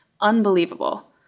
Unbelievable